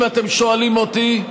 אם אתם שואלים אותי,